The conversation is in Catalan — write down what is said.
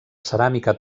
ceràmica